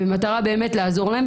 במטרה לעזור להם.